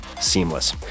seamless